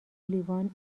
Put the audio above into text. لیوان